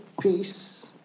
peace